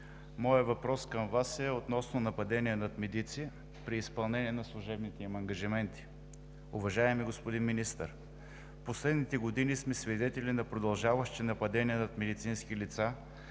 моят въпрос към Вас е относно нападение над медици при изпълнение на служебните им ангажименти. Уважаеми господин Министър, в последните години сме свидетели на продължаващи нападения над медицински лица,